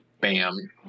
bam